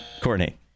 Courtney